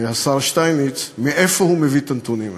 השר שטייניץ: מאיפה הוא מביא את הנתונים האלה?